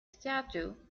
statute